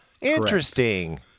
Interesting